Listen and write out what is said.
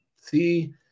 see